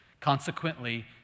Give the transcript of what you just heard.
Consequently